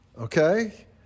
Okay